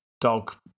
dog